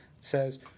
says